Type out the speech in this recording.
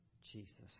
Jesus